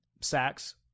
sacks